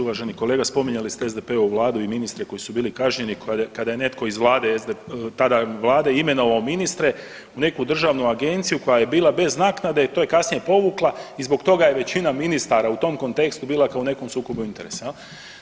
Uvaženi kolega spominjali ste SDP-ovu vladu i ministre koji su bili kažnjeni kada je netko iz vlade, tada vlade imenovao ministre u neku državnu agenciju koja je bila bez naknade i to je kasnije povukla i zbog toga je većina ministara u tom kontekstu bila kao u nekom sukobu interesa jel.